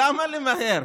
למה למהר?